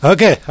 Okay